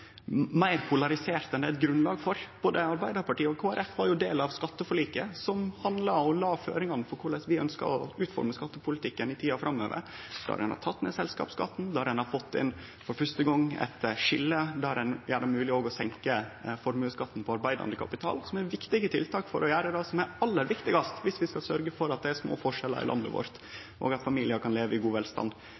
meir polariserte enn det er grunnlag for. Både Arbeidarpartiet og Kristeleg Folkeparti var jo ein del av skatteforliket som handla om og la føringar for korleis vi ønskjer å utforme skattepolitikken i tida framover – der ein har teke ned selskapsskatten, der ein for første gong har fått eit skilje som gjer det mogeleg å senke formuesskatten på arbeidande kapital. Det er viktige tiltak for å gjere det som er aller viktigast: å sørgje for at det er små forskjellar i landet vårt, at familiar kan leve i god velstand,